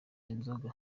inzoga